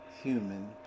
human